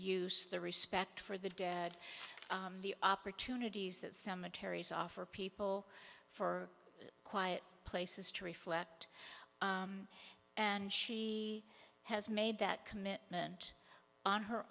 use the respect for the dad the opportunities that cemeteries offer people for quiet places to reflect and she has made that commitment on her